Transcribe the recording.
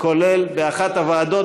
כולל באחת הוועדות,